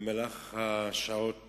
במהלך השעות